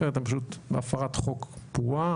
אחרת אנחנו פשוט בהפרת חוק פרועה.